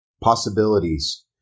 Possibilities